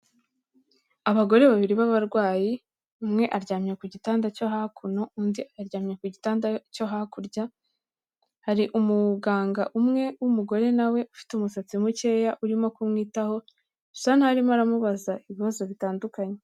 Abagore babiri b'abarwayi umwe aryamye ku gitanda cyo hakuno ,undi aryamye ku gitanda cyo hakurya, hari umuganga umwe w'umugore nawe ufite umusatsi mukeya urimo kumwitaho ,bisa nk'aho arimo aramubaza ibibazo bitandukanye.